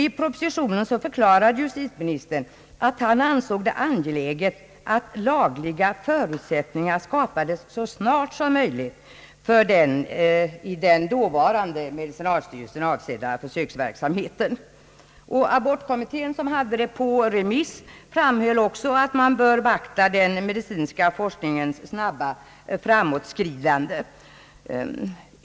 I propositionen förklarade justitieministern att han ansåg det angeläget att lagliga förutsättningar skapades så snart som möjligt för den i den dåvarande medicinalstyrelsen avsedda försöksverksamheten. Abortkommittén, som hade ärendet på remiss, framhöll också att man bör beakta den medicinska forskningens snabba framåtskridande.